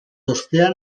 ostea